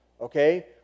okay